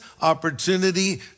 opportunity